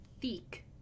thick